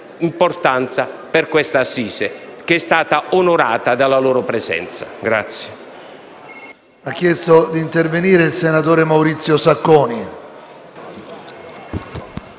importante per questa assise, che è stata onorata della loro presenza.